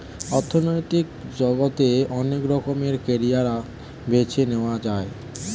অর্থনৈতিক জগতে অনেক রকমের ক্যারিয়ার বেছে নেয়া যায়